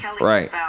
Right